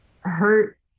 hurt